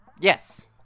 Yes